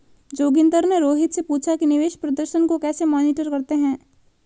जोगिंदर ने रोहित से पूछा कि निवेश प्रदर्शन को कैसे मॉनिटर करते हैं?